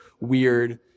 weird